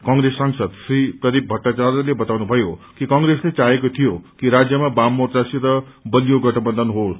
कंग्रेस सांसद श्री प्रदीप भट्टाच्मयले बताउनुभयो कि कंग्रेसले चाहेको थियोकि राज्यम वाममोच्यसित बलियो गठबन्घन होस